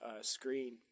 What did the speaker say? screen